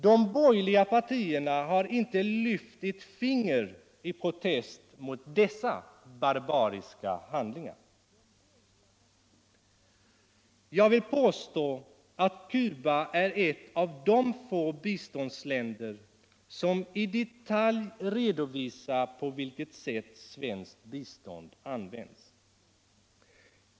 De borgerliga partierna har inte lyft ett finger i protest mot dessa barbariska handlingar. Jag vill påstå aut Cuba är ett av de få biståndsländer som i detalj redovisar på vilket sätt svenskt bistånd används.